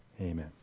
Amen